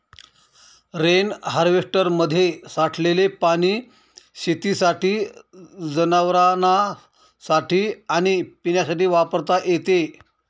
rain हार्वेस्टरमध्ये साठलेले पाणी शेतीसाठी, जनावरांनासाठी आणि पिण्यासाठी वापरता येते